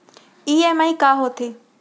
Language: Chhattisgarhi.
ई.एम.आई का होथे?